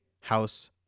House